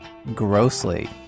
Grossly